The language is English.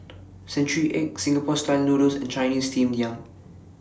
Century Egg Singapore Style Noodles and Chinese Steamed Yam